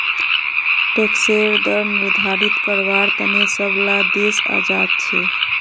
टैक्सेर दर निर्धारित कारवार तने सब ला देश आज़ाद छे